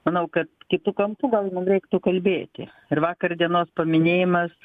manau kad kitu kampu gal mum reiktų kalbėti ir vakar dienos paminėjimas